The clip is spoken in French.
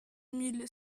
mille